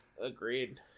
Agreed